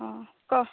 অঁ ক